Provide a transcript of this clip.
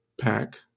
pack